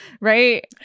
right